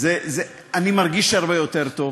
אני מרגיש הרבה יותר טוב.